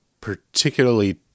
particularly